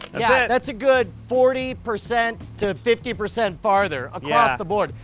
yeah, that's a good forty percent to fifty percent farther across the board.